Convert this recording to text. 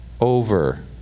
over